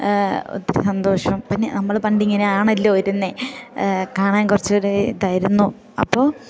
ഒത്തിരി സന്തോഷം പിന്നെ നമ്മൾ പണ്ടിങ്ങനെയാണല്ലോ ഇരുന്നത് കാണാൻ കുറച്ചു കൂടി ഇതായിരുന്നു അപ്പോൾ